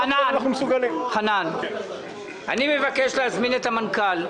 חנן, אני מבקש להזמין את המנכ"ל.